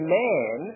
man